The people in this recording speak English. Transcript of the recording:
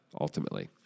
ultimately